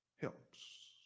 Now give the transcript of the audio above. helps